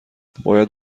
باید